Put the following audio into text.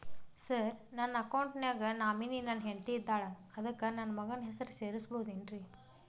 Sir ನನ್ನ account ಗೆ nominee ನನ್ನ ಹೆಂಡ್ತಿ ಇದ್ದಾಳ ಅದಕ್ಕ ನನ್ನ ಮಗನ ಹೆಸರು ಸೇರಸಬಹುದೇನ್ರಿ?